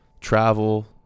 Travel